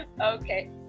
Okay